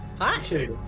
Hi